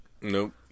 Nope